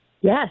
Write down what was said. Yes